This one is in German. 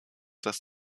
dass